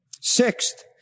Sixth